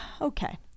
Okay